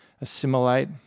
assimilate